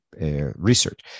research